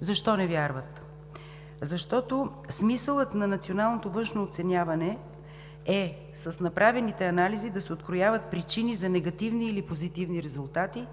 Защо не вярват? Защото смисълът на националното външно оценяване е с направените анализи да се открояват причини за негативни или позитивни резултати,